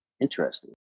Interesting